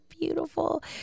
beautiful